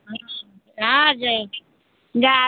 हँ जा